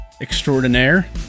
Extraordinaire